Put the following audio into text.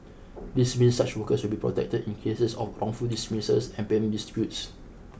this means such workers will be protected in cases of wrongful dismissals and payment disputes